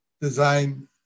design